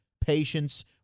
patience